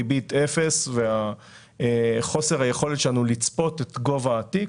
ריבית אפס וחוסר היכולת שלנו לצפות את גובה התיק,